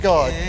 God